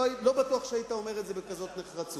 לא בטוח שהיית אומר את זה בכזו נחרצות.